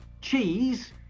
cheese